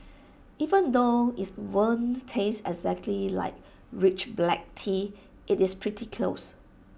even though is won't taste exactly like rich black tea IT is pretty close